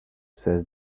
says